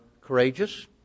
courageous